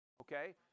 Okay